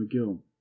McGill